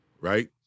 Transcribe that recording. right